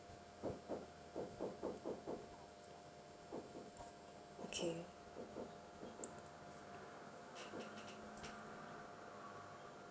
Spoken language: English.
okay